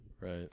Right